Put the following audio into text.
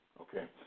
okay